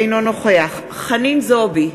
אינו נוכח חנין זועבי,